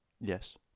Yes